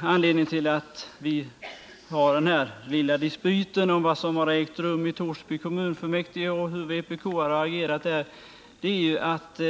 Anledningen till att vi har den här lilla dispyten om vad som har ägt rum i Torsby kommunfullmäktige och om hur vpk-are där har agerat är ju att